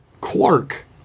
Quark